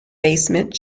basement